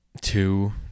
two